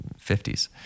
50s